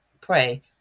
Pray